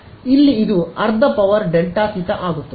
ಇಲ್ಲಿ ಇದು ಅರ್ಧ ಪವರ್ ಡೆಲ್ಟಾ ಥೀಟಾ ಆಗುತ್ತದೆ